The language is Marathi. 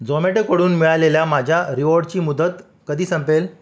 झाॅमॅटोकडून मिळालेल्या माझ्या रिवॉर्डची मुदत कधी संपेल